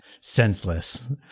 senseless